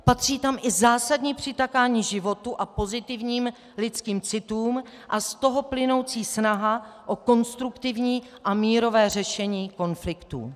Patří tam i zásadní přitakání životu a pozitivním lidským citům a z toho plynoucí snaha o konstruktivní a mírové řešení konfliktů.